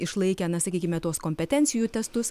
išlaikę na sakykime tos kompetencijų testus